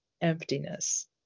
emptiness